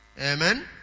Amen